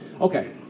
Okay